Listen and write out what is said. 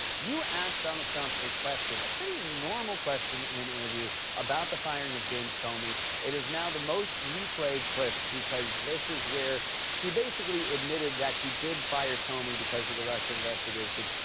you asked donald trump a question, a pretty normal question in an interview about the firing of james comey. it is now the most replayed clip because this is where he basically admitted that he did fire comey because of the russia investigation.